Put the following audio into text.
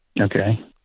Okay